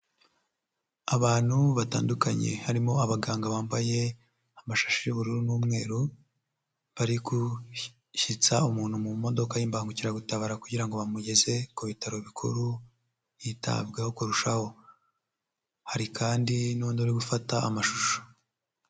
Abantu batandukanye harimo abaganga bambaye amashashi y'ubururu n'umweru, bari gushyitsa umuntu mu modoka y'imbangukiragutabara kugira ngo bamugeze ku bitaro bikuru yitabweho kurushaho, hari kandi n'undi uri gufata amashusho.